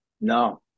no